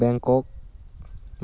Bangkok